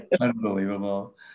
Unbelievable